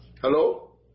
Hello